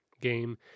game